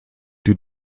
due